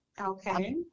okay